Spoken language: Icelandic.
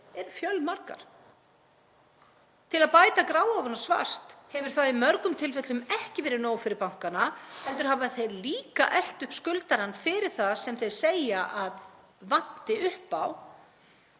eru fjölmargar. Til að bæta gráu ofan á svart hefur það í mörgum tilfellum ekki verið nóg fyrir bankana heldur hafa þeir líka elt upp skuldarann fyrir það sem þeir segja að vanti upp á.